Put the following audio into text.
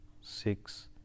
six